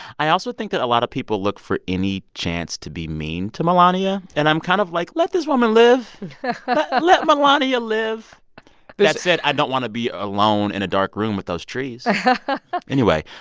i also think that a lot of people look for any chance to be mean to melania. and i'm kind of like, let this woman live let melania live. that said, i don't want to be alone in a dark room with those trees anyway,